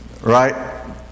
right